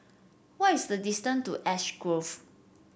what is the distance to Ash Grove